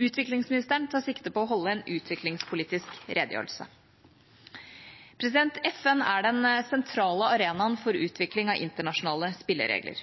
Utviklingsministeren tar sikte på å holde en utviklingspolitisk redegjørelse. FN er den sentrale arenaen for utvikling av internasjonale spilleregler.